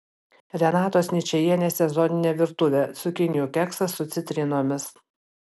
renatos ničajienės sezoninė virtuvė cukinijų keksas su citrinomis